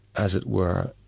as it were,